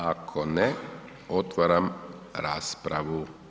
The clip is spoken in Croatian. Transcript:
Ako ne, otvaram raspravu.